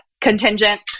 contingent